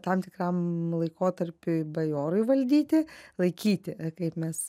tam tikram laikotarpiui bajorui valdyti laikyti kaip mes